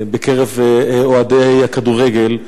בקרב אוהדי הכדורגל.